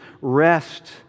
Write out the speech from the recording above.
rest